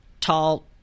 tall